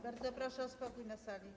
Bardzo proszę o spokój na sali.